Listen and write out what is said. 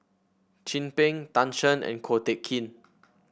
Chin Peng Tan Shen and Ko Teck Kin